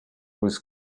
was